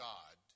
God